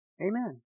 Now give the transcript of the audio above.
amen